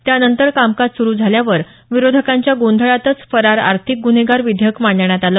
त्यानंतर कामकाज सुरु झाल्यावर विरोधकांच्या गोंधळातच फरार आर्थिक गुन्हेगार विधेयक मांडण्यात आलं